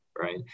right